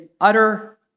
utter